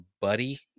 buddy